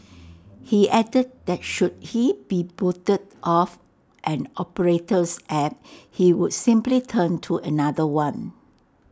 he added that should he be booted off an operator's app he would simply turn to another one